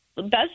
best